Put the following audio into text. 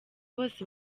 bose